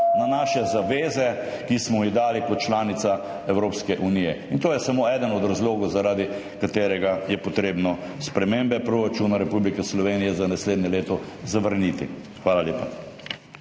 na naše zaveze, ki smo jih dali kot članica Evropske unije. In to je samo eden od razlogov, zaradi katerega je potrebno spremembe proračuna Republike Slovenije za naslednje leto zavrniti. Hvala.